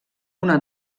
una